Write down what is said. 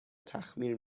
تخمیر